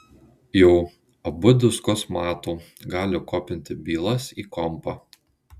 jo abu diskus mato gali kopinti bylas į kompą